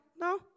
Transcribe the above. No